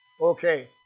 Okay